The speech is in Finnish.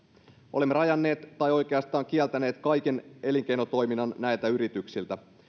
olemme rajanneet tai oikeastaan kieltäneet kaiken elinkeinotoiminnan näiltä yrityksiltä